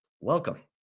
welcome